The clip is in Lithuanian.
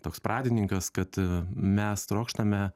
toks pradininkas kad mes trokštame